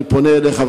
אני פונה אליך,